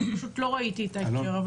פשוט לא ראיתי את ההקשר.